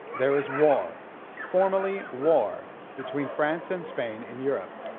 there is war formally war between france and spain in europe.